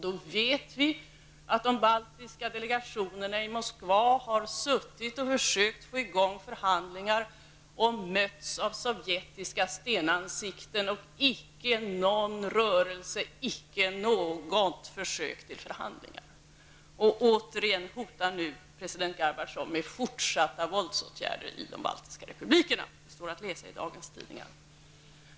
Vi vet att de baltiska delegationerna i Moskva har suttit och försökt att få i gång förhandlingar och mötts av sovjetiska stenansikten och icke någon rörelse och icke något försök till förhandling. Återigen hotar nu president Gorbatjov med fortsatta våldsåtgärder i de baltiska republikerna. Det står att läsa i dagens tidningar.